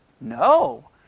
No